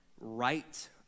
right